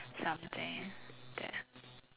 something that